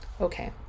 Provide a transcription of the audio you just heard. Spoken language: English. Okay